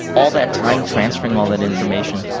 all that time transferring all that information,